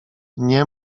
nie